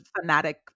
fanatic